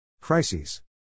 Crises